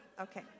Okay